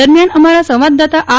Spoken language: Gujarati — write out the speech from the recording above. દરમ્યાન અમારા સંવાદદાતા આર